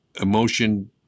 emotion